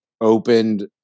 opened